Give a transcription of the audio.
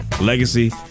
legacy